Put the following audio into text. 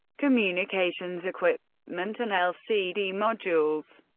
communications equipment and lcd modules.